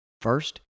First